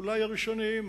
אולי הראשוניים.